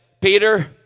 Peter